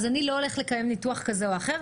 אז אני לא הולך לקיים ניתוח כזה או אחר.